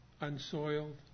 unsoiled